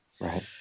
Right